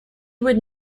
would